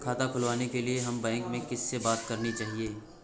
खाता खुलवाने के लिए हमें बैंक में किससे बात करनी चाहिए?